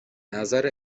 نظر